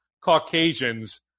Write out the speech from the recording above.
Caucasians